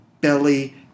belly